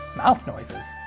mouth noises!